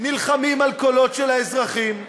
נלחמים על הקולות של האזרחים.